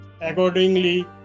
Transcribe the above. accordingly